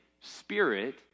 spirit